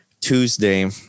Tuesday